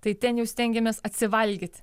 tai ten jau stengiamės atsivalgyt